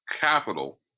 capital